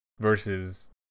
versus